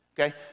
Okay